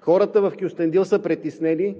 Хората в Кюстендил са притеснени.